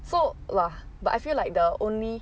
so lah but I feel like the only